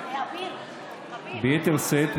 ביתר שאת,